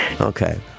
Okay